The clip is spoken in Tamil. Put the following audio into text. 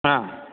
ஆ